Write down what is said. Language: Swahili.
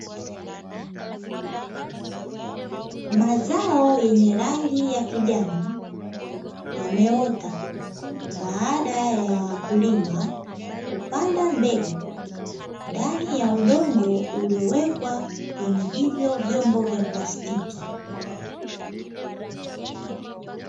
Mazao yenye rangi ya kijani yameota, baada ya wakulima kupanda mbegu ndani ya udongo uliowekwa kwenye hivyo vyombo vya plastiki.